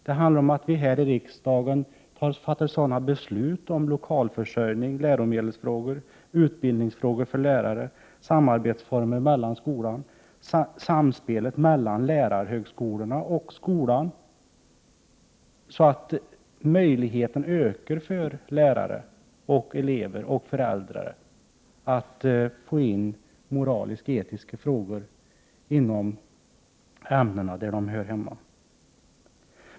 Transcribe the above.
Det handlar om att vi här i riksdagen fattar sådana beslut om lokalförsörjning, läromedelsfrågor, utbildningsfrågor för lärare, samarbetsformer inom skolan, samspel mellan lärarhögskolor och skolor, så att lärarnas, elevernas och föräldrarnas möjligheter att få in moralisk-etiska frågor inom de ämnen där de hör hemma ökar.